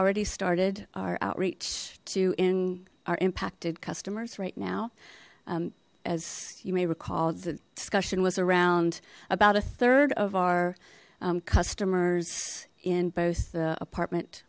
already started our outreach to in our impacted customers right now as you may recall the discussion was around about a third of our customers in both the apartment